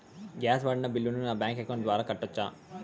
Gas వాడిన బిల్లును నా బ్యాంకు అకౌంట్ ద్వారా కట్టొచ్చా?